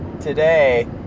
today